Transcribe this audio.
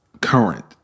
current